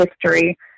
history